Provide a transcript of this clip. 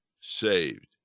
saved